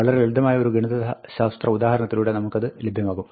വളരെ ലളിതമായ ഒരു ഗണിതശാസ്ത്ര ഉദാഹരണത്തിലൂടെ നമുക്കത് ലഭ്യമാകും